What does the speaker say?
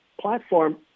platform